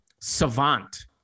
savant